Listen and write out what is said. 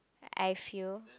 I feel